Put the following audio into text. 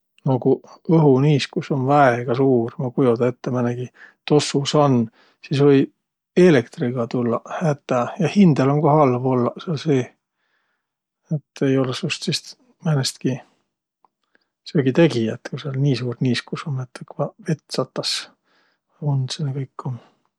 No ku õhuniiskus um väega suur, ma ei kujodaq ette, määnegi tossusann, sis või eelektriga tullaq hätä ja hindäl um kah halv ollaq sääl seeh. Et ei olõq sust sis määnestki söögitegijät, ku sääl nii suur niiskus um, et õkva vett satas, undsõnõ kõik um.